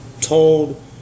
told